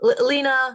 Lena